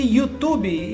YouTube